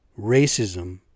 racism